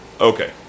Okay